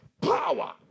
power